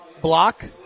block